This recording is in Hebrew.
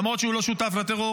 למרות שהוא לא שותף לטרור,